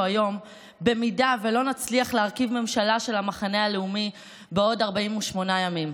היום אם לא נצליח להרכיב ממשלה של המחנה הלאומי בעוד 48 ימים.